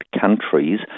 countries